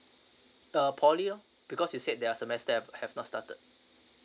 uh poly oh because you said their semester have have not started